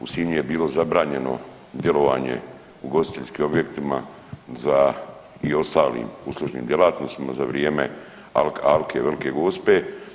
U Sinju je bilo zabranjeno djelovanje ugostiteljskim objektima i ostalim uslužnim djelatnostima za vrijeme alke, Velike gospe.